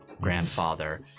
grandfather